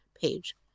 page